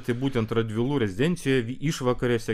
tai būtent radvilų rezidencijoj išvakarėse